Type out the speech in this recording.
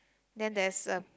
then there's a